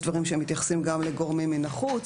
דברים שמתייחסים גם לגורמים מן החוץ.